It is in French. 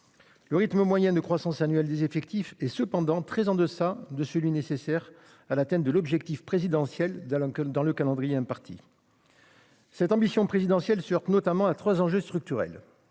Le rythme moyen de croissance annuelle des effectifs est toutefois loin d'être assez soutenu pour atteindre l'objectif présidentiel dans le calendrier imparti. Cette ambition présidentielle se heurte notamment à trois enjeux structurels.